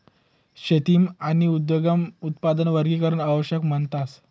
शेतीमा आणि उद्योगमा उत्पादन वर्गीकरण आवश्यक मानतस